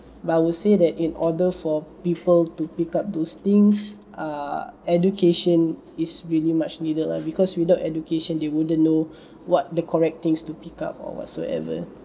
but I will say that in order for people to pick up those things ah education is really much needed lah because without education you wouldn't know what the correct things to pick up or whatsoever